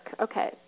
Okay